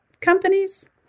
companies